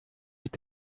ist